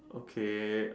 okay